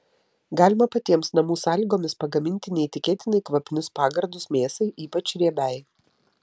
galima patiems namų sąlygomis pagaminti neįtikėtinai kvapnius pagardus mėsai ypač riebiai